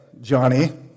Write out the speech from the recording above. Johnny